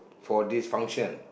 for this function